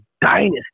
dynasty